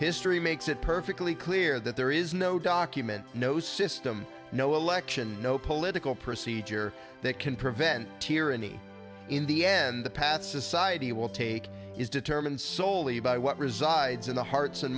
history makes it perfectly clear that there is no document no system no election no political procedure that can prevent tyranny in the end the path society will take is determined soley by what resides in the hearts and